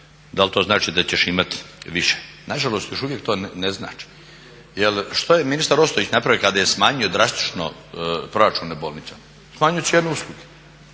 da li to znači da ćeš imati više. Nažalost još uvijek to ne znači. Jer što je ministar Ostojić napravio kada je smanjio drastično proračune bolnica. Smanjujući jednu uslugu.